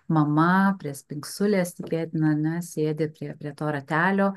mama prie spingsulės tikėtina ar ne sėdi prie prie to ratelio